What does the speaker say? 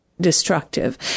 destructive